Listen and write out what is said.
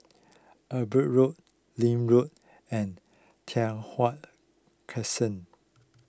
Amber Road Link Road and Tai Hwan Crescent